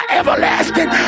everlasting